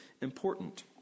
important